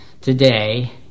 today